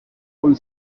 con